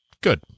good